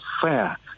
fair